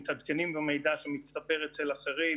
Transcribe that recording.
מתעדכנים במידע שמצטבר אצל אחרים,